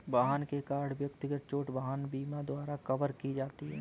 वाहन के कारण व्यक्तिगत चोट वाहन बीमा द्वारा कवर की जाती है